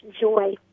joy